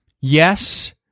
Yes